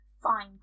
Fine